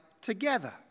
together